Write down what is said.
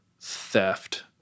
theft